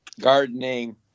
gardening